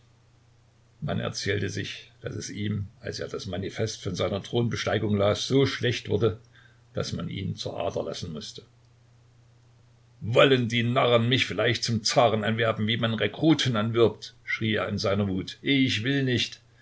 man erzählte sich daß es ihm als er das manifest von seiner thronbesteigung las so schlecht wurde daß man ihn zur ader lassen mußte wollen die narren mich vielleicht zum zaren anwerben wie man rekruten anwirbt schrie er in seiner wut ich will nicht